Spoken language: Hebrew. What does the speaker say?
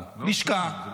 לשכה, משרד.